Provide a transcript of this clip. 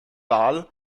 wahl